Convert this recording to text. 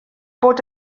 bod